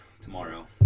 tomorrow